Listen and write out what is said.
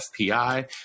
FPI